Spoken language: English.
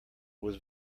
was